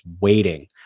waiting